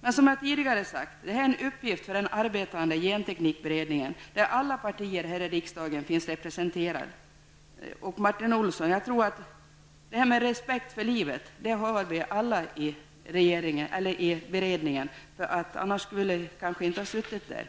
Men som jag tidigare sagt är detta en uppgift för den arbetande gentekniska beredningen, där alla partier här i riksdagen finns representerade. Jag tror, Martin Olsson, att alla i beredningen har respekt för livet, annars skulle de inte ha suttit med